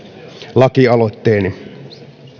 lakialoitteeni